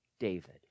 David